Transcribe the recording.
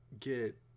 get